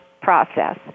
process